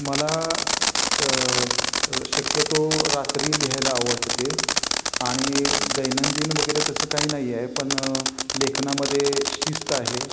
मला त शक्यतो रात्री लिहायला आवडते आणि दैनंदिन वगैरे तसं काही नाही आहे पण लेखनामध्ये शिस्त आहे